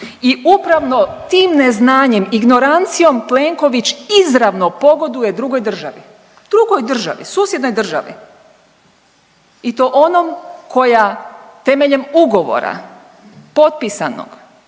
I upravo tim neznanjem, ignorancijom Plenković izravno pogoduje drugoj državi, drugoj državi, susjednoj državi i to onom koja temeljem ugovora potpisanog